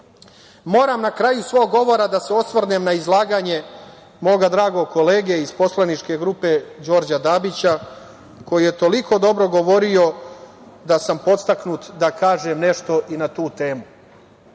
na kraju svog govora da se osvrnem na izlaganje moga dragog kolege iz poslaničke grupe Đorđa Dabića, koji je toliko dobro govorio da sam podstaknut da kažem nešto i na tu temu.